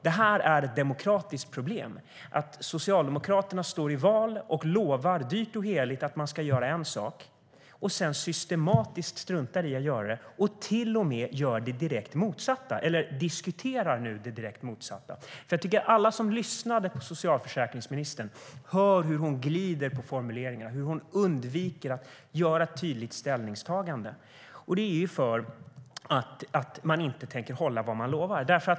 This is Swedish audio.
Det är ett demokratiskt problem att Socialdemokraterna står i val och lovar dyrt och heligt att man ska göra en sak och sedan systematiskt struntar i att göra det och till och med gör det direkt motsatta, eller nu diskuterar det direkt motsatta. Alla som lyssnar på socialförsäkringsministern hör hur hon glider på formuleringar och undviker att göra ett tydligt ställningstagande. Det är för att man inte tänker hålla vad man lovar.